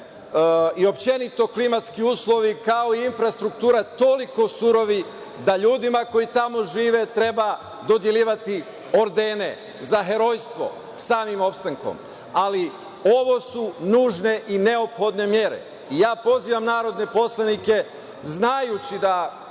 i općenito klimatski uslovi, kao i infrastruktura toliko surovi da ljudima koji tamo žive treba dodeljivati ordene za herojstvo samim opstankom. Ali, ovo su nužne i neophodne mere. Pozivam narodne poslanike, znajući da